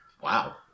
Wow